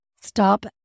stop